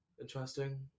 Interesting